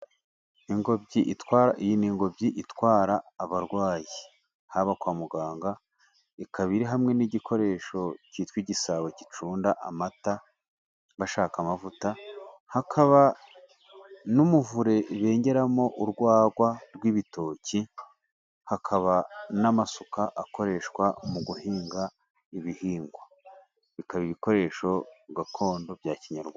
Ingobyi itwara, iyi ni ingobyi itwara abarwayi, haba kwa muganga ikaba iri hamwe n'igikoresho kitwa igisabo gicunda amata bashaka amavuta, hakaba n'umuvure bengeramo urwagwa rw'ibitoki, hakaba n'amasuka akoreshwa mu guhinga ibihingwa, bikaba ibikoresho gakondo bya kinyarwa...